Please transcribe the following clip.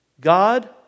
God